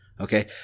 Okay